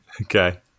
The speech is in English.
Okay